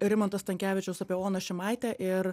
rimanto stankevičiaus apie oną šimaitę ir